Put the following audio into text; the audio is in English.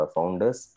Founders